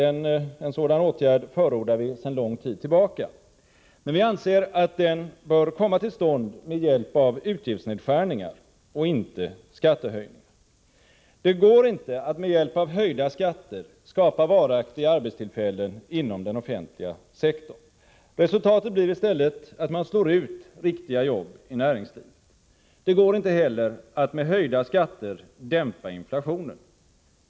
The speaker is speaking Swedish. En sådan åtgärd förordar vi sedan lång tid tillbaka. Men vi anser att den bör komma till stånd med hjälp av utgiftsnedskärningar och inte med hjälp av skattehöjningar. Det går inte att med hjälp av höjda skatter skapa varaktiga arbetstillfällen inom den offentliga sektorn. Resultatet blir i stället att man slår ut riktiga jobb i näringslivet. Det går inte heller att med höjda skatter dämpa inflationen.